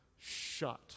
shut